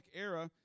era